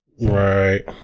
Right